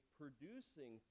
producing